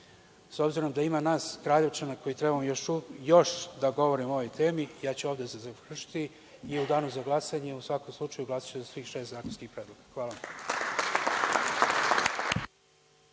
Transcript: obzirom da ima nas Kraljevčana koji treba još da govorimo o ovoj temi, ja ću ovde završiti i u danu za glasanje, u svakom slučaju, glasaću za svih šest zakonskih predloga. **Maja